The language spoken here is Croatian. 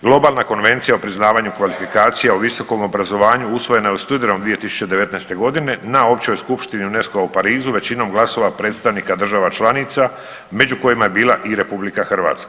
Globalna konvencija o priznavanju kvalifikacija u visokom obrazovanju usvojena je u studenom 2019. godine na općoj Skupštini UNESCO-a u Parizu većinom glasova predstavnika država članica među kojima je bila i RH.